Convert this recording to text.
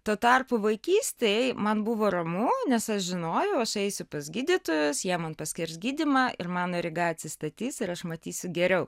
tuo tarpu vaikystėj man buvo ramu nes aš žinojau aš eisiu pas gydytojus jie man paskirs gydymą ir mano rega atsistatys ir aš matysiu geriau